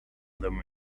them